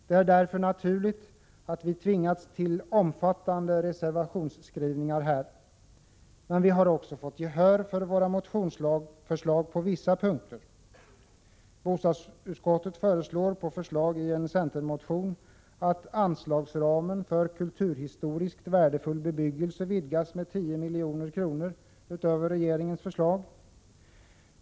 Det är därför naturligt att vi tvingats till omfattande reservationsskrivningar. Men vi har fått gehör för våra motionsförslag på vissa punkter. Bostadsutskottet föreslår med anledning av en centermotion att anslagsramen för kulturhistoriskt värdefull bebyggelse vidgas med 10 milj.kr. utöver regeringens förslag.